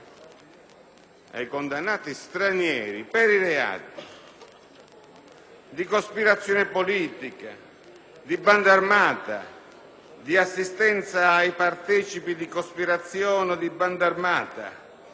di cospirazione politica, di banda armata, di assistenza ai partecipi di cospirazione o di banda armata, cioè una serie di reati gravi: